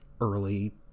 early